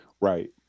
right